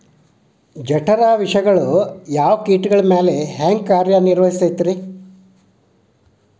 ಜಠರ ವಿಷಗಳು ಯಾವ ಕೇಟಗಳ ಮ್ಯಾಲೆ ಹ್ಯಾಂಗ ಕಾರ್ಯ ನಿರ್ವಹಿಸತೈತ್ರಿ?